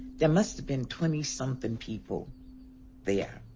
there must have been twenty-something people there.